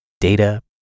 Data